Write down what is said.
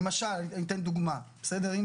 אני אתן דוגמה, למשל, אם